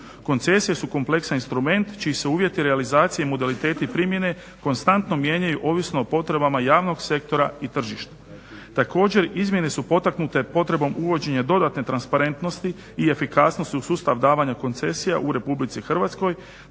Koncesije su kompleksan instrument čiji se uvjeti, realizacije i modaliteti primjene konstantno mijenjaju ovisno o potrebama javnog sektora i tržišta. Također, izmjene su potaknute potrebom uvođenja dodatne transparentnosti i efikasnosti u sustav davanja koncesija u Republici Hrvatskoj